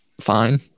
Fine